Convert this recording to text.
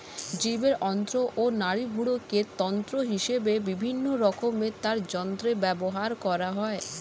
জীবের অন্ত্র ও নাড়িভুঁড়িকে তন্তু হিসেবে বিভিন্ন রকমের তারযন্ত্রে ব্যবহার করা হয়